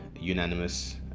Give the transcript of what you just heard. unanimous